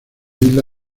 isla